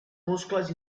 muscles